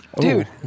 Dude